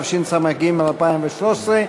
התשס"ג 2003,